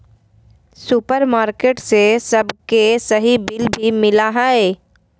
supermarket से सबके सही बिल भी मिला हइ